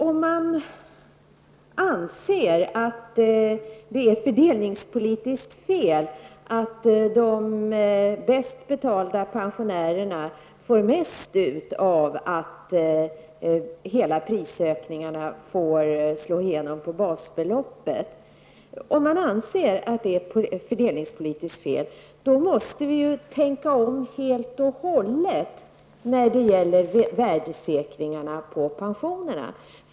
Om man anser att det är fördelningspolitiskt fel att de bäst betalda pensionärerna får mest ut av att hela prisökningarna får slå igenom på basbeloppet, måste man ju tänka om helt och hållet när det gäller värdesäkringarna av pensionerna.